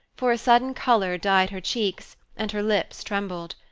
for a sudden color dyed her cheeks, and her lips trembled.